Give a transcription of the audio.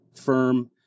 firm